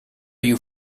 you